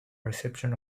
reception